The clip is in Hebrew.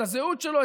את הזהות שלו,